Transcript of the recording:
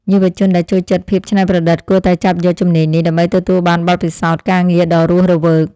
យុវជនដែលចូលចិត្តភាពច្នៃប្រឌិតគួរតែចាប់យកជំនាញនេះ ដើម្បីទទួលបានបទពិសោធន៍ការងារដ៏រស់រវើក។